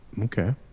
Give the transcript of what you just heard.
Okay